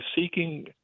seeking